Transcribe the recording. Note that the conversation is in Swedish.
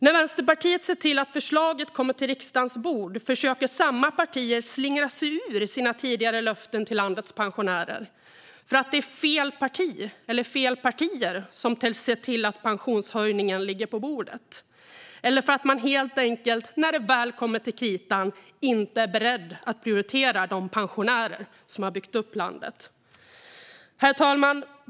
När Vänsterpartiet ser till att förslaget kommer till riksdagens bord försöker samma partier slingra sig ur sina tidigare löften till landets pensionärer för att det är fel parti eller fel partier som har sett till att pensionshöjningen ligger på bordet. Man är helt enkelt när det väl kommer till kritan inte beredd att prioritera de pensionärer som har byggt upp landet. Herr talman!